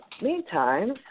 meantime